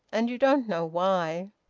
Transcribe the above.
and you don't know why.